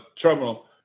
terminal